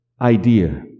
idea